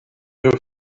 her